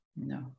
No